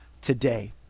today